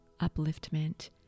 upliftment